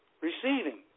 Receiving